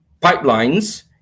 pipelines